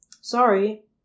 sorry